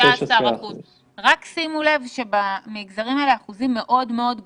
16%. רק שימו לב שבמגזרים האלה האחוזים מאוד-מאוד גבוהים.